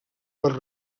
per